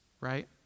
right